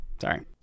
Sorry